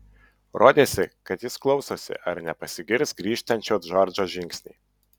rodėsi kad jis klausosi ar nepasigirs grįžtančio džordžo žingsniai